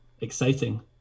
exciting